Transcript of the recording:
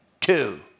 two